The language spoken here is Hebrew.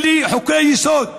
אלה חוקי-יסוד,